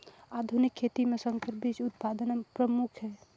आधुनिक खेती म संकर बीज उत्पादन प्रमुख हे